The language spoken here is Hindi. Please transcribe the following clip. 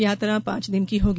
यात्रा पाँच दिन की होगी